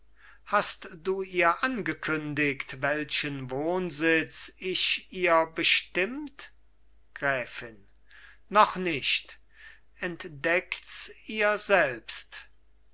hast du ihr angekündigt welchen wohnsitz ich ihr bestimmt gräfin noch nicht entdeckts ihr selbst